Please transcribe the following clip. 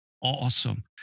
awesome